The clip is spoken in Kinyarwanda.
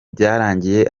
byarangiye